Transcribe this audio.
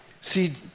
See